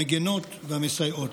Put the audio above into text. המגינות והמסייעות.